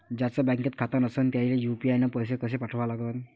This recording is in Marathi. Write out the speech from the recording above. ज्याचं बँकेत खातं नसणं त्याईले यू.पी.आय न पैसे कसे पाठवा लागन?